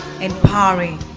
empowering